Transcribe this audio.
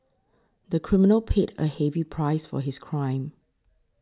the criminal paid a heavy price for his crime